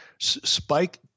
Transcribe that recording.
Spike